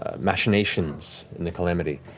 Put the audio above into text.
ah machinations in the calamity,